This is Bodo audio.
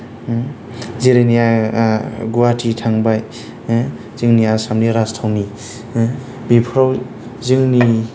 जेरै नै गुवाहाटि थांबाय जोंनि आसामनि राजथावनि बेफोराव जोंनि